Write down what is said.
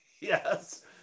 Yes